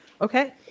Okay